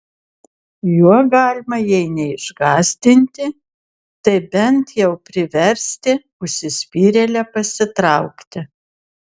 juo galima jei neišgąsdinti tai bent jau priversti užsispyrėlę pasitraukti